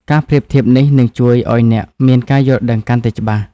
ការប្រៀបធៀបនេះនឹងជួយឱ្យអ្នកមានការយល់ដឹងកាន់តែច្បាស់។